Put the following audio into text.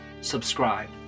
subscribe